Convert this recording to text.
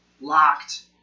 locked